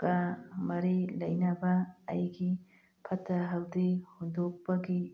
ꯀ ꯃꯔꯤ ꯂꯩꯅꯕ ꯑꯩꯒꯤ ꯐꯠꯇ ꯍꯥꯎꯗꯤ ꯍꯨꯟꯗꯣꯛꯄꯒꯤ